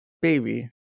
baby